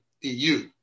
EU